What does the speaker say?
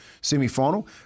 semi-final